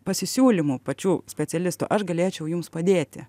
pasisiūlymų pačių specialistų aš galėčiau jums padėti